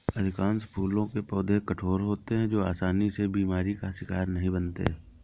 अधिकांश फूलों के पौधे कठोर होते हैं जो आसानी से बीमारी का शिकार नहीं बनते